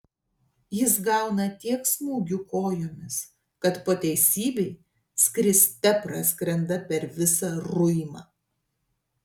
jis gauna tiek smūgių kojomis kad po teisybei skriste praskrenda per visą ruimą